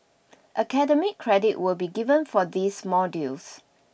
academic credit will be given for these modules